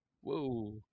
Whoa